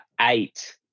eight